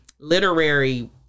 literary